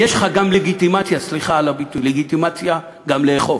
יש לך גם לגיטימציה, סליחה על הביטוי, גם לאכוף.